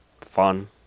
fun